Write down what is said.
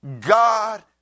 God